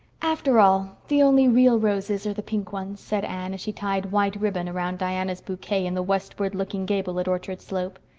after all, the only real roses are the pink ones, said anne, as she tied white ribbon around diana's bouquet in the westward-looking gable at orchard slope.